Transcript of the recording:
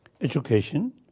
education